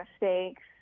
mistakes